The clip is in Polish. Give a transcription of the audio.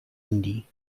indii